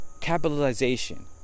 capitalization